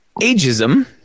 ageism